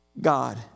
God